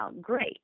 great